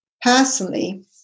personally